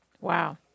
Wow